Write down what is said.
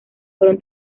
fueron